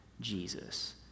Jesus